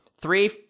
Three